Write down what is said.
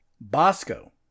bosco